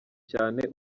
cyane